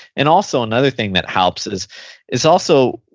and also another thing that helps is is also,